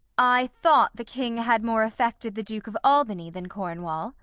i thought the king had more affected the duke of albany than cornwall.